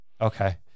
Okay